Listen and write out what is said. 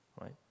right